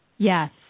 Yes